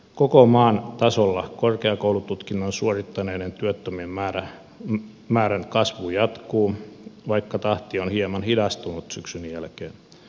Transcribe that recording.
koko maan tasolla korkeakoulututkinnon suorittaneiden työttömien määrän kasvu jatkuu vaikka tahti on hieman hidastunut syksyn jälkeen